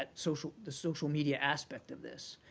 ah social the social media aspect of this.